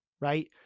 right